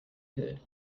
good